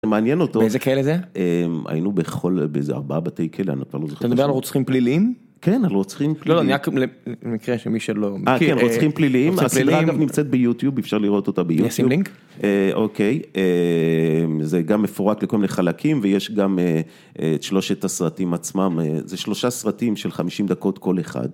מעניין אותו. באיזה כלא זה? היינו בכל, באיזה ארבעה בתי כלא, נתנו. אתה מדבר על רוצחים פלילים? כן, על רוצחים פלילים. לא, אני רק למקרה שמי שלא מכיר. אה כן, רוצחים פלילים, הסדרה אגב נמצאת ביוטיוב, אפשר לראות אותה ביוטיוב. אני אשים לינק. אוקיי, זה גם מפורק לכל מיני חלקים ויש גם את שלושת הסרטים עצמם, זה שלושה סרטים של חמישים דקות כל אחד.